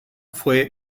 fue